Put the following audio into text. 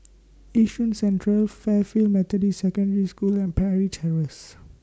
Yishun Central Fairfield Methodist Secondary School and Parry Chair Race